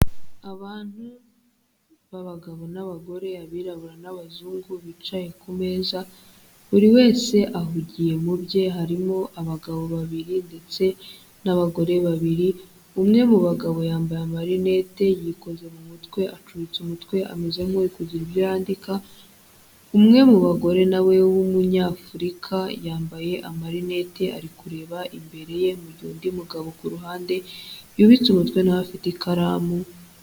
Abantu b'abagabo n'abagore, abirabura n'abazungu bicaye ku meza, buri wese ahugiye mu bye, harimo abagabo babiri ndetse n'abagore babiri, umwe mu bagabo yambaye amarinete yikoze mu mutwe, acutse umutwe ameze nk'uri kugira ibyo yandika, umwe mu bagore na we w'Umunyafurika, yambaye amarinete ari kureba imbere ye, mu gihe undi mugabo ku ruhande yubitse umutwe na we afite ikaramu.